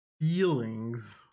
feelings